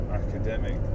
academic